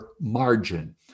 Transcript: margin